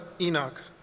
Enoch